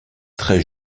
très